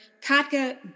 Katka